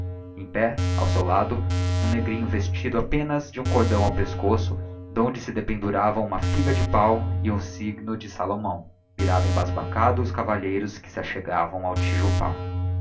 em pé ao seu lado um negrinho vestido apenas de um cordão ao pescoço donde se dependuravam uma figa de páo e um signo de salomão mirava embasbacado os cavalleiros que se achegavam ao tijupá